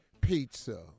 pizza